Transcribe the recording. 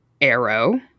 Arrow